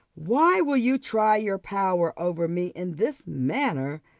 why will you try your power over me in this manner?